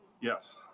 yes